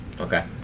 Okay